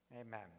amen